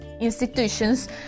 institutions